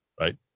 right